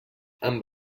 amb